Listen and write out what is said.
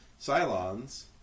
cylons